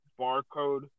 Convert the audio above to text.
Barcode